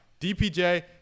DPJ